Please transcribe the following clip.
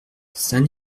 saint